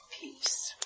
peace